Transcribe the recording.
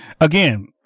again